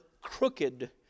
crooked